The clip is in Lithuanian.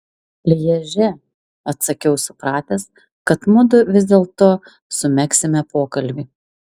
lježe atsakiau supratęs kad mudu vis dėlto sumegsime pokalbį